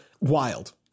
Wild